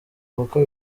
kuko